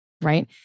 right